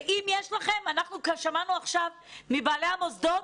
ואם יש לכם אנחנו שמענו עכשיו מבעלי המוסדות